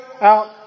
out